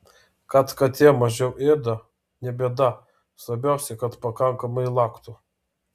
kad katė mažiau ėda ne bėda svarbiausia kad pakankamai laktų